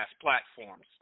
platforms